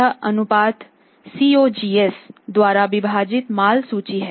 यह अनुपात COGS द्वारा विभाजित माल सूची है